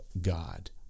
God